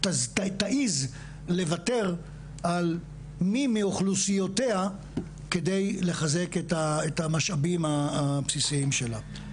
תעז לוותר על מי מאוכלוסיות כדי לחזק את המשאבים הבסיסיים שלה.